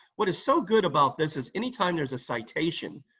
what is so good about this is, anytime there's a citation,